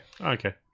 Okay